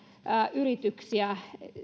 yrityksiä